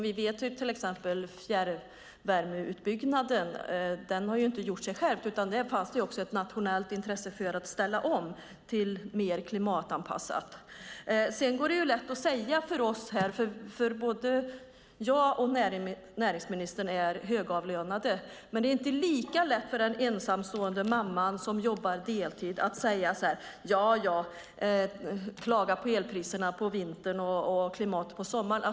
Vi vet till exempel att fjärrvärmeutbyggnaden inte gjorts av sig självt, utan där fanns ett nationellt intresse för att ställa om till mer klimatanpassat. Det är lätt för oss, för både jag och näringsministern är högavlönade, men det är inte lika lätt för en ensamstående mamma som jobbar deltid att säga: Ja, ja, klaga på elpriserna på vintern och klimat på sommaren.